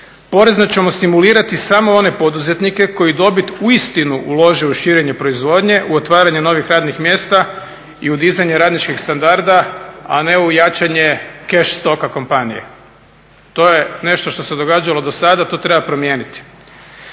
porezno ćemo stimulirati samo one poduzetnike koji dobit uistinu ulože u širenje proizvodnje, u otvaranje novih radnih mjesta i u dizanje radničkih standarda, a ne u jačanje cash stocka kompanije. To je nešto što se događalo do sada, to treba promijeniti.